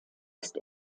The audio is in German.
ist